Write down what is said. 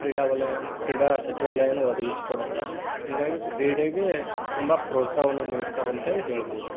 ಕ್ರೀಡಾವಲಯನೇ ಕ್ರೀಡಾ ಸಚಿವಾಲಯನೇ ಒದಗಿಸ್ಕೊಡತ್ತೆ ಹೀಗಾಗಿ ಕ್ರೀಡೆಗೆ ತುಂಬ ಪ್ರೋತ್ಸಾಹವನ್ನು ನೀಡ್ತಾರೆ ಅಂತ ಹೇಳಿ ಹೇಳ್ಬೋದು ರೀ